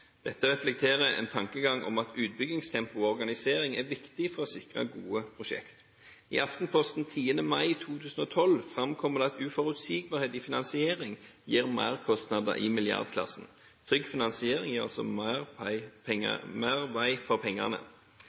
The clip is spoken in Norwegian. Dette reflekterer en tankegang om at utbyggingstempo og organisering er viktig for å sikre gode prosjekter. I Aftenposten 10. mai 2012 framkommer det at uforutsigbarhet i finansiering gir merkostnad i milliardklassen. Trygg finansiering gir mer vei for pengene.